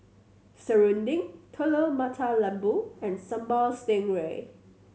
serunding Telur Mata Lembu and Sambal Stingray